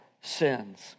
sins